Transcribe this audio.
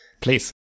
Please